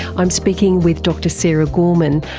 i'm speaking with dr sara gorman,